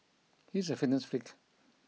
he is a fitness freak